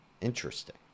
Interesting